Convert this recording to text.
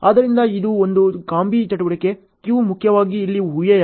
ಆದ್ದರಿಂದ ಇದು ಒಂದು ಕಾಂಬಿ ಚಟುವಟಿಕೆ ಕ್ಯೂ ಮುಖ್ಯವಾಗಿ ಇಲ್ಲಿ ಊಹೆಯಾಗಿದೆ